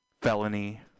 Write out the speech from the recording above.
Felony